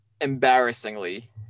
embarrassingly